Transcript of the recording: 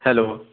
hello